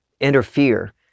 interfere